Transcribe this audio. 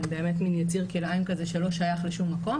הן באמת יצור כלאיים שלא שייך לשום מקום